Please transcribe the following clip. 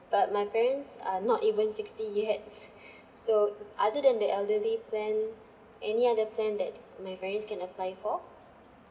but my parents are not even sixty yet so other than the elderly plan any other plan that my parents can apply for